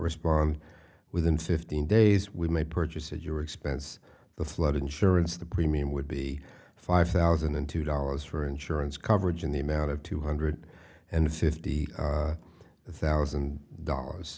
respond within fifteen days we may purchase at your expense the flood insurance the premium would be five thousand and two dollars for insurance coverage in the amount of two hundred and fifty thousand dollars